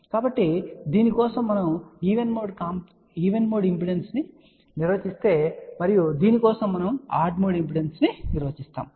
కాబట్టి దీని కోసం మనము ఈవెన్ మోడ్ ఇంపెడెన్స్ను కూడా నిర్వచిస్తే మరియు దీని కోసం మనము ఆడ్ మోడ్ను ఇంపెడెన్స్ను నిర్వచిస్తాము